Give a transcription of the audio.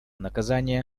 наказания